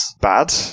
bad